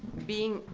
being,